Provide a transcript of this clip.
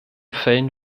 fällen